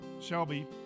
Shelby